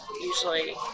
usually